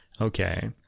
Okay